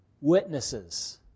witnesses